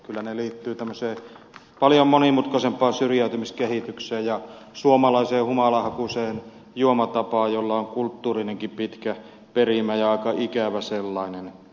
kyllä ne liittyvät tämmöiseen paljon monimutkaisempaan syrjäytymiskehitykseen ja suomalaiseen humalahakuiseen juomatapaan jolla on pitkä kulttuurinenkin perimä ja aika ikävä sellainen